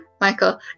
Michael